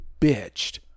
bitched